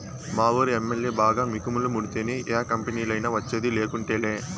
మావూరి MLA బాగా మికుపులు ముడితేనే యా కంపెనీలైనా వచ్చేది, లేకుంటేలా